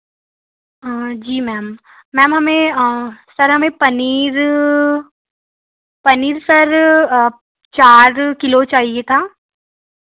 हाँ जी ma'am ma'am हमें सर हमें पनीर पनीर सर चार किलो चाहिए था